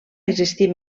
existir